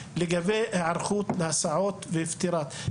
לגבי היערכות להסעות ופתירה של הבעיה הזאת.